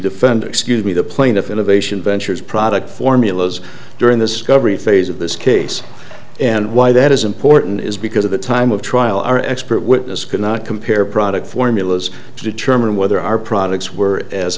defender excuse me the plaintiff innovation ventures product formulas during this coverage phase of this case and why that is important is because of the time of trial our expert witness cannot compare product formulas to determine whether our products were as